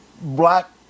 black